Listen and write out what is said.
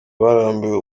barambiwe